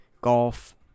golf